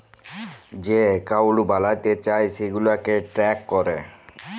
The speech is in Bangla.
যে একাউল্ট বালাতে চায় সেগুলাকে ট্র্যাক ক্যরে